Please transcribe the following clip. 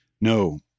no